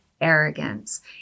arrogance